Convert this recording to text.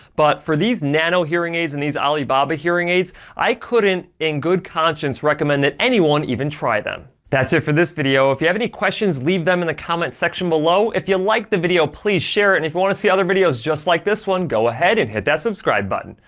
but for these nano hearing aids and these alibaba hearing aids, i couldn't in good conscience recommend that anyone even try them. that's it for this video. if you have any questions, leave them in the comment section below. if you and like the video, please share it, and if you want to see other videos just like this one, go ahead and hit that subscribe button.